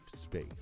space